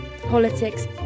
politics